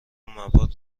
مواد